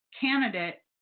candidate